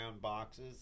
boxes